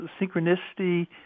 synchronicity